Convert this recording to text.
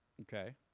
Okay